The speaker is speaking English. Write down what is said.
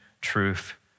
truth